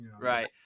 Right